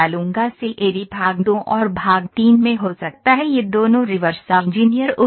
CAD भाग दो और भाग तीन में हो सकता है यह दोनों रिवर्स इंजीनियर उपकरण है